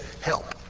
help